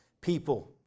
people